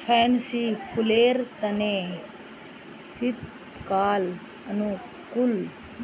fancy फुलेर तने शीतकाल अनुकूल